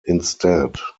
instead